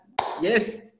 Yes